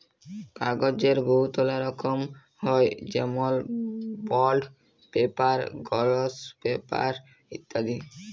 কাগ্যজের বহুতলা রকম হ্যয় যেমল বল্ড পেপার, গলস পেপার ইত্যাদি